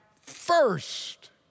first